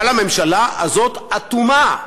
אבל הממשלה הזאת אטומה,